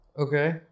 Okay